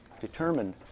determined